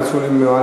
כיוון שאני לא יכול,